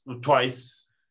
twice